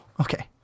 Okay